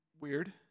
Weird